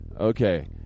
Okay